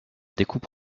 découpe